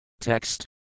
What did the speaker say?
Text